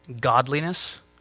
godliness